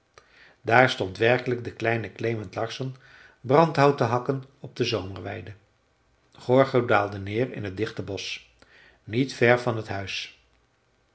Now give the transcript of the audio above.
daar stond werkelijk de kleine klement larsson brandhout te hakken op de zomerweide gorgo daalde neer in het dichte bosch niet ver van het huis